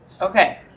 Okay